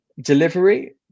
delivery